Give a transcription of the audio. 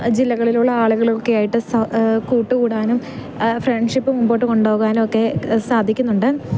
ജില്ലകളിലുള്ള ആളുകളൊക്കെ ആയിട്ട് കൂട്ടുകൂടാനും ഫ്രണ്ട്ഷിപ്പ് മുമ്പോട്ട് കൊണ്ടുപോകാനും ഒക്കെ സാധിക്കുന്നുണ്ട്